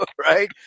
right